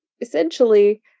essentially